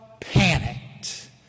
panicked